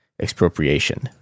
expropriation